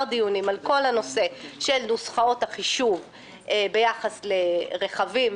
דיונים על נושא נוסחאות החישוב ביחס לרכבים,